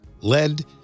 lead